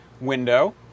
window